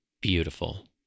Beautiful